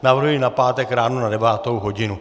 Navrhuji na pátek ráno na devátou hodinu.